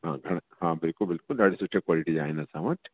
हा दादा हा बिल्कुलु बिल्कुलु ॾाढी सुठे क्वालिटी जा आहिनि असां वटि